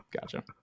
Gotcha